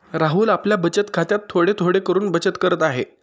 राहुल आपल्या बचत खात्यात थोडे थोडे करून बचत करत आहे